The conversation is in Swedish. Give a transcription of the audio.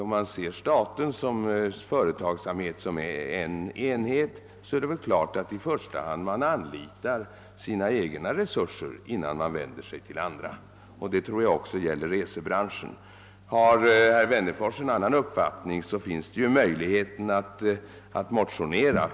Om statens företagsamhet ses som en enhet, är det väl naturligt att man i första hand anlitar sina egna resurser innan man vänder sig till andra. Det tror jag också gäller resebranschen. fattning, finns möjligheten att motionera.